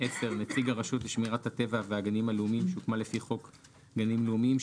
נציג הרשות לשמירת הטבע והגנים הלאומיים שהוקמה לפי חוק גנים לאומיים,